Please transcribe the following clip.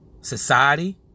society